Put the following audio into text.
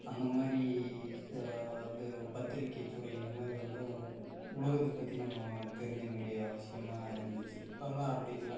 அந்த மாதிரி வந்து பத்திரிகைத்துறை இந்த மாதிரி வந்து உலகத்தை பற்றி நம்ம தெரிஞ்சிக்க வேண்டிய அவசியமாக இருந்துச்சு இப்போல்லாம் அப்படி இல்லை